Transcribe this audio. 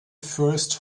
first